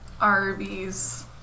Arby's